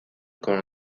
con